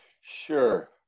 Sure